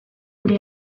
gure